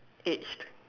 aged